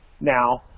now